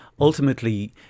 ultimately